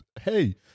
Hey